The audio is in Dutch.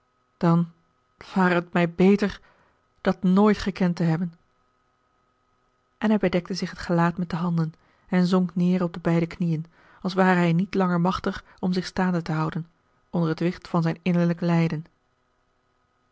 dan ware het mij beter dat nooit gekend te hebben en hij bedekte zich het gelaat met de handen en zonk neêr op de beide knieën als ware hij niet langer machtig om zich staande te houden onder het wicht van zijn innerlijk lijden